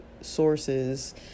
sources